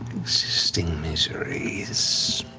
existing misery is